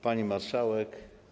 Pani Marszałek!